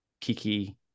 Kiki